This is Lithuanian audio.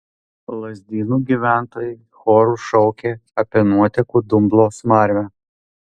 lazdynų gyventojai choru šaukė apie nuotekų dumblo smarvę